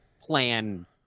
plan